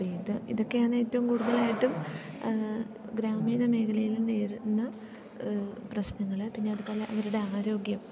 അപ്പോൾ ഇത് ഇതൊക്കെയാണ് ഏറ്റവും കൂടുതലായിട്ടും ഗ്രാമീണ മേഖലയിലും നേരിടുന്ന പ്രശ്നങ്ങൾ പിന്നെ അതുപോലെ അവരുടെ ആരോഗ്യം